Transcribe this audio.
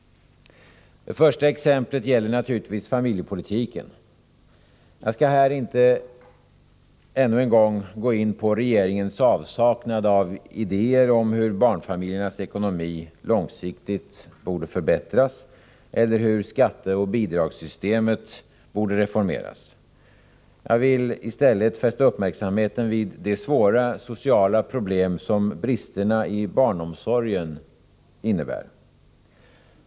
Det första exemplet gäller naturligtvis familjepolitiken. Jag skall här inte ännu en gång gå in på regeringens avsaknad av idéer om hur barnfamiljernas ekonomi långsiktigt borde förbättras eller hur skatteoch bidragssystemet borde reformeras. Jag vill i stället fästa uppmärksamheten på de svåra sociala problem som bristerna i barnomsorgen innebär.